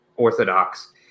orthodox